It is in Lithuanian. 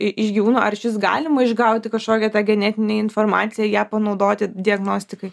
iš gyvūno ar išvis galima išgauti kažkokią genetinę informaciją ją panaudoti diagnostikai